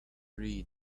read